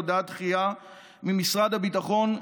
הודעת דחייה ממשרד הביטחון,